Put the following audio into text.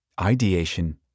ideation